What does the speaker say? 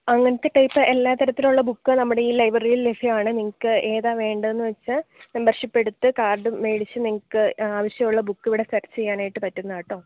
അങ്ങനത്തെ ടൈപ്പ് എല്ലാ തരത്തിലുള്ള ബുക്ക് നമ്മുടെ ഈ ലൈബ്രറിയിൽ ലഭ്യമാണ് നിങ്ങൾക്ക് ഏതാണ് വേണ്ടതെന്ന് വച്ചാൽ മെമ്പർഷിപ്പ് എടുത്ത് കാർഡ് മേടിച്ചു നിങ്ങൾക്ക് ആവശ്യമുള്ള ബുക്കുകൾ സെർച്ച് ചെയ്യാനായിട്ട് പറ്റുന്നതാണ് കേട്ടോ